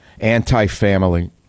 anti-family